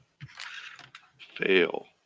Fail